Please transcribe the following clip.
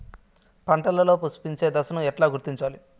పంటలలో పుష్పించే దశను ఎట్లా గుర్తించాలి?